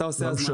לא משנה.